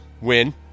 Win